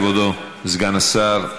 כבודו סגן השר,